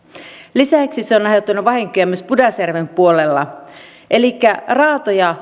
lisäksi se on on aiheuttanut vahinkoja myös pudasjärven puolella raatoja